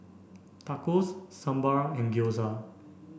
Tacos Sambar and Gyoza